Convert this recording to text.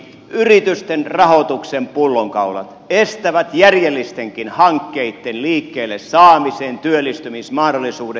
yritysten rahoituksen pullonkaulat estävät järjellistenkin hankkeitten liikkeelle saamisen ja työllistymismahdollisuudet